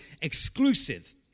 exclusive